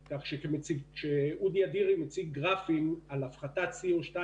כך שכשאודי אדירי מציג גרפים על הפחתת Co2